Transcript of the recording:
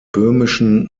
böhmischen